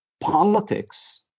politics